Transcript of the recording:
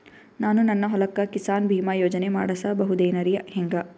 ನಾನು ನನ್ನ ಹೊಲಕ್ಕ ಕಿಸಾನ್ ಬೀಮಾ ಯೋಜನೆ ಮಾಡಸ ಬಹುದೇನರಿ ಹೆಂಗ?